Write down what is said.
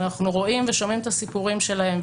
האנשים שאנחנו רואים ושומעים את הסיפורים שלהם,